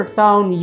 town